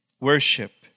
worship